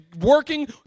working